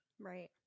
Right